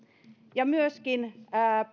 ja myöskin